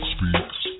Speaks